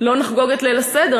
לא נחגוג את ליל הסדר,